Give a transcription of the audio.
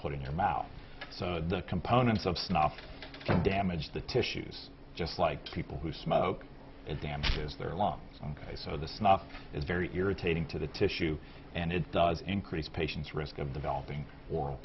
put in your mouth so the components of snuff can damage the tissues just like people who smoke it damages their long ok so the smoke is very irritating to the tissue and it does increase patients risk of developing or